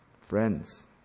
friends